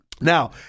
Now